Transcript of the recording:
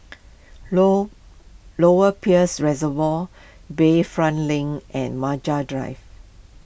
Low Lower Peirce Reservoir Bayfront Link and Maju Drive